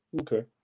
Okay